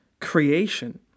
creation